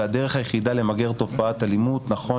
והדרך היחידה למגר תופעת אלימות נכון